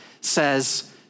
says